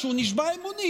כשהוא נשבע אמונים,